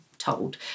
told